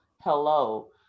hello